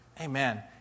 Amen